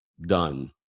done